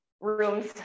rooms